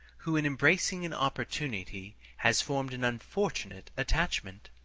who in embracing an opportunity has formed an unfortunate attachment.